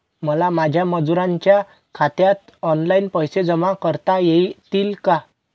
मला माझ्या मजुरांच्या खात्यात ऑनलाइन पैसे जमा करता येतील का?